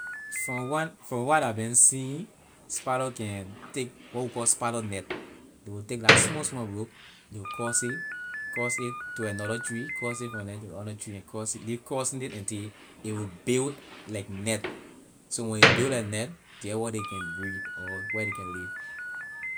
From what I been seeing spider can take what we call spider net they will take la small small rope you cross it cross it to another tree cross it from the to the other tree and cross it you lee crossing it until a will build like net so when it build like net there where they can breed or where they can llive.